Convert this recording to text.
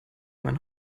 mein